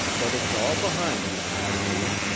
but it's all behind you now, lou.